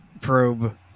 probe